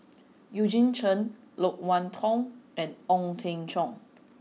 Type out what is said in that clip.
Eugene Chen Loke Wan Tho and Ong Teng Cheong